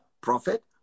prophet